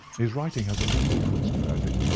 his writing has a legal twist about it.